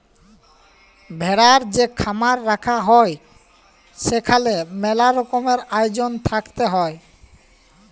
ভেড়ার যে খামার রাখাঙ হউক সেখালে মেলা রকমের আয়জল থাকত হ্যয়